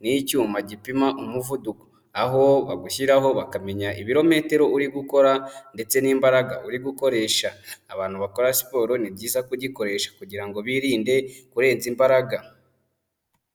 ni icyuma gipima umuvuduko, aho bagushyiraho bakamenya ibirometero uri gukora ndetse n'imbaraga uri gukoresha, abantu bakora siporo ni byiza kugikoresha kugira ngo birinde kurenza imbaraga.